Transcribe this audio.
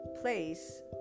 place